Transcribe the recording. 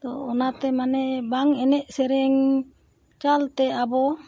ᱛᱚ ᱚᱱᱟᱛᱮ ᱢᱟᱱᱮ ᱵᱟᱝ ᱮᱱᱮᱡ ᱥᱮᱨᱮᱧ ᱪᱟᱞᱛᱮ ᱟᱵᱚ